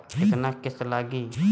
केतना किस्त लागी?